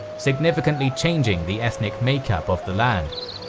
significantly changing the ethnic makeup of the land.